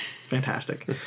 fantastic